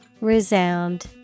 Resound